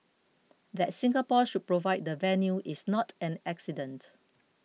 that Singapore should provide the venue is not an accident